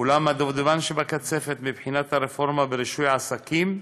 אולם הדובדבן שבקצפת מבחינת הרפורמה ורישוי העסקים,